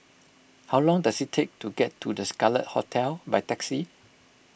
how long does it take to get to the Scarlet Hotel by taxi